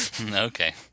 Okay